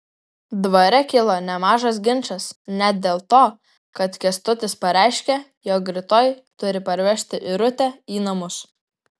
dvare kilo nemažas ginčas net dėl to kad kęstutis pareiškė jog rytoj turi parvežti irutę į namus